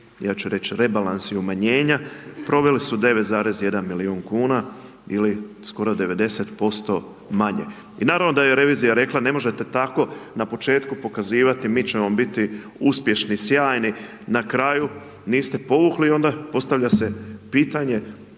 ja ću reći rebalansi umanjenja, proveli su 9,1 milijun kuna ili skoro, 90% manje. I naravno da je revizija rekla, ne možete tako, na početku pokazivati, mi ćemo biti uspješni, sjajni, na kraju niste povukli onda, postavlja se pitanje,